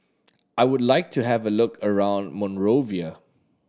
I would like to have a look around Monrovia